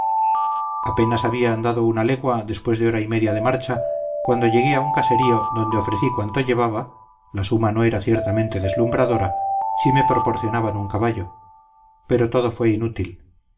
apenas había andado una legua después de hora y media de marcha cuando llegué a un caserío donde ofrecí cuanto llevaba la suma no era ciertamente deslumbradora si me proporcionaban un caballo pero todo fue inútil